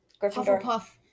Hufflepuff